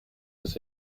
das